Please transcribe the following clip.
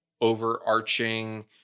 overarching